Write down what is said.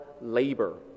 labor